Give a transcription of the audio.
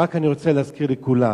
אני רוצה להזכיר לכולם